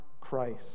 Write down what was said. Christ